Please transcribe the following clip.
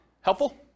Helpful